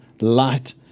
light